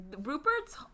Rupert's-